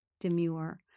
demure